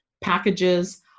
packages